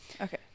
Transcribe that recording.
Okay